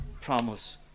promise